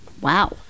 wow